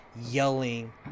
yelling